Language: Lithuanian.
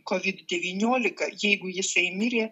kovid devyniolika jeigu jisai mirė